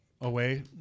away